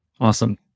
awesome